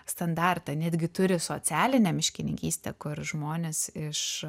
standartą netgi turi socialinę miškininkystę kur žmonės iš